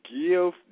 give